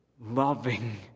loving